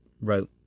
wrote